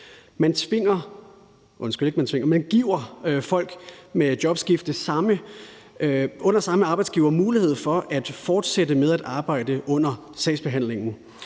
overstiger 90 dage totalt. Man giver folk i jobskifte under samme arbejdsgivermulighed for at fortsætte med at arbejde under sagsbehandlingen.